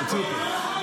תוציאו אותו.